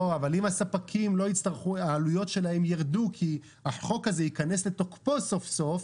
אבל אם העלויות של הספקים ירדו כי החוק הזה ייכנס לתוקפו סוף סוף,